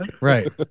Right